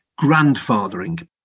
grandfathering